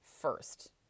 first